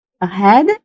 ahead